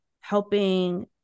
helping